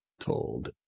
told